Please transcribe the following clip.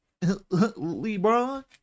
lebron